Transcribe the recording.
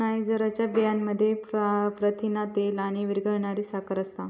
नायजरच्या बियांमध्ये प्रथिना, तेल आणि विरघळणारी साखर असता